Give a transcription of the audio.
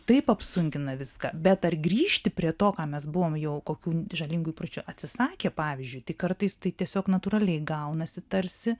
taip apsunkina viską bet ar grįžti prie to ką mes buvom jau kokių žalingų įpročių atsisakę pavyzdžiui tai kartais tai tiesiog natūraliai gaunasi tarsi